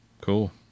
Cool